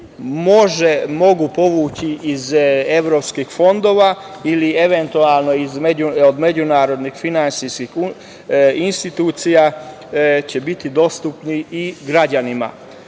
mogu povući iz evropskih fondova ili eventualno iz međunarodnih finansijskih institucija će biti dostupni i građanima.